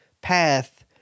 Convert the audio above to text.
path